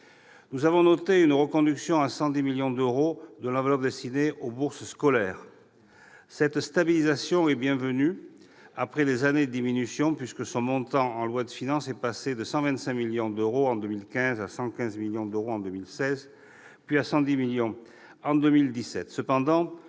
Nous avons noté la reconduction à 110 millions d'euros de l'enveloppe destinée aux bourses scolaires. Cette stabilisation est bienvenue après des années de diminution puisque son montant en loi de finances est passé de 125 millions d'euros en 2015 à 115 millions d'euros en 2016, puis à 110 millions d'euros